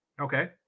Okay